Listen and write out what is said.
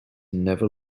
never